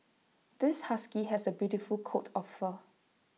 this husky has A beautiful coat of fur